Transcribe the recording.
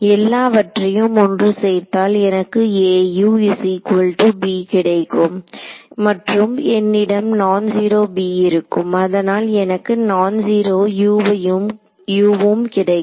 எல்லாவற்றையும் ஒன்று சேர்த்தால் எனக்கு கிடைக்கும் மற்றும் என்னிடம் நான் ஜீரோ b இருக்கும் அதனால் எனக்கு நான் ஜீரோ u வும் கிடைக்கும்